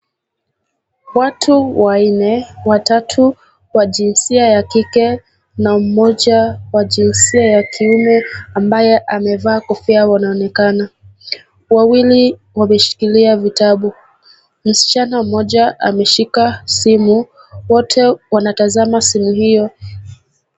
Watu wanne, watatu wa jinsia ya kike na mmoja wa jinsia ya kiume, ambaye amevaa kofia wanaonekana. Wawili wameshikilia vitabu. Msichana mmoja ameshika simu, wote wanatazama simu hiyo.